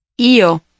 io